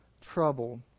trouble